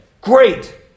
Great